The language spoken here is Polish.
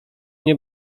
nie